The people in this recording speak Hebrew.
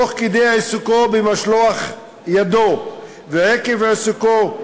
תוך כדי עיסוקו במשלח ידו ועקב עיסוקו,